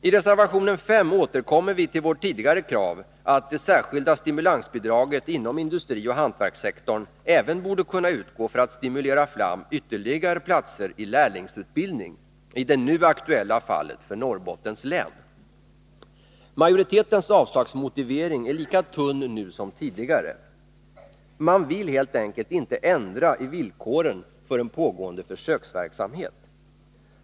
I reservation 5 återkommer vi till vårt tidigare krav att det särskilda stimulansbidraget inom industrioch hantverkssektorn även borde kunna utgå för att stimulera fram ytterligare platser i lärlingsutbildning, i det nu aktuella fallet för Norrbottens län. Majoritetens avslagsmotivering är lika tunn nu som tidigare. Man vill helt enkelt inte ändra i villkoren för en pågående försöksverksamhet.